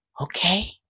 okay